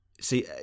see